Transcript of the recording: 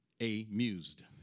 amused